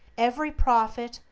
every prophet,